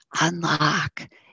unlock